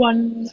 One